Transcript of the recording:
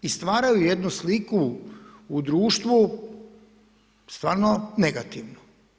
I stvaraju jednu sliku u društvu stvarno negativnu.